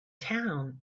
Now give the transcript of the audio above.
town